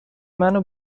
منو